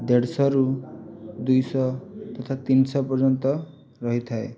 ଦେଢ଼ଶହରୁ ଦୁଇଶହ ତଥା ତିନିଶହ ପର୍ଯ୍ୟନ୍ତ ରହିଥାଏ